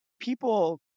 people